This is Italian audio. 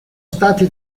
stati